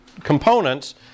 components